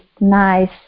nice